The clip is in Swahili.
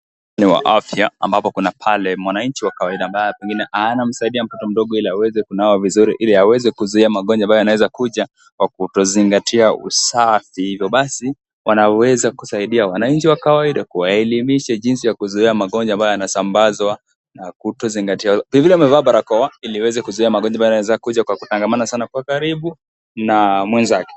Muktadha ni wa afya ambapo kuna pale mwananchi wa kawaida ambaye pengine anamsaidia mtoto mdogo ili aweze kunawa vizuri ili aweze kuzuia magonjwa ambayo yanaweza kuja kwa kutozingatia usafi. Hivo basi wanaweza kusaidia wananchi wa kawaida kuwaelimisha jinsi ya kuzuia magonjwa ambayo yanasambazwa na kutozingatia. Vilevile amevaa barakoa ili aweze kuzuia magonjwa ambayo yanaweza kuja kwa kutangamana sana kwa karibu na mwenzake.